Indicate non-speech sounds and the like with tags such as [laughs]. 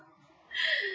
[laughs]